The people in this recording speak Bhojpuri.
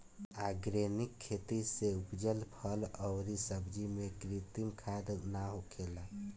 आर्गेनिक खेती से उपजल फल अउरी सब्जी में कृत्रिम खाद ना होखेला